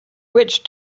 witch